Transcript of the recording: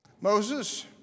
Moses